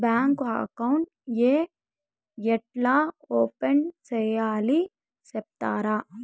Bank account ఏ ఎట్లా open సేయాలి సెప్తారా?